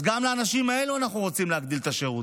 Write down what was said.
אז גם לאנשים האלו אנחנו רוצים להגדיל את השירות.